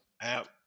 app